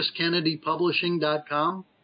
chriskennedypublishing.com